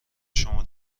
شما